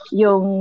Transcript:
yung